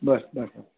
बरं बरं बरं